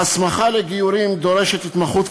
ההסמכה לגיורים דורשת התמחות,